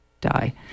die